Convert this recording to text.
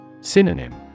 Synonym